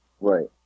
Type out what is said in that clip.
Right